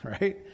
Right